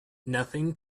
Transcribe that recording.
nothing